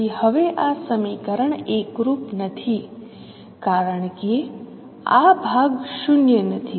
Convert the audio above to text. તેથી હવે આ સમીકરણ એકરૂપ નથી કારણ કે આ ભાગ 0 નથી